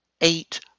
eight